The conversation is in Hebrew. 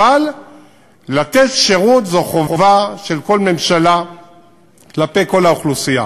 אבל לתת שירות זו חובה של כל ממשלה כלפי כל האוכלוסייה.